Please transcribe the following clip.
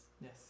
yes